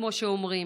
כמו שאומרים.